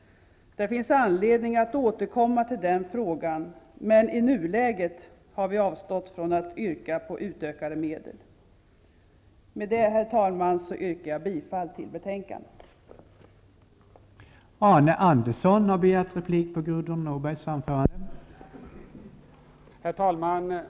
Det finns anledning att återkomma till den frågan, men i nuläget har vi avstått från att yrka på utökade medel. Herr talman! Med detta yrkar jag bifall till utskottets hemställan.